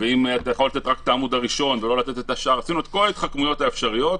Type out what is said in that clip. ועוד עשינו את כל ההתחכמויות האפשריות,